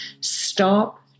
Stop